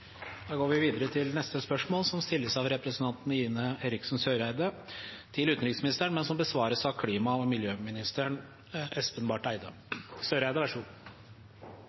Da går vi videre til spørsmål 2. Dette spørsmålet, fra representanten Ine Eriksen Søreide til utenriksministeren, vil bli besvart av klima- og miljøministeren